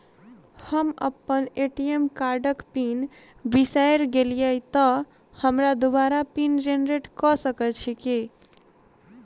हम अप्पन ए.टी.एम कार्डक पिन बिसैर गेलियै तऽ हमरा दोबारा पिन जेनरेट कऽ सकैत छी की?